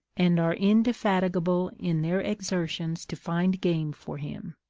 and are indefatigable in their exertions to find game for him.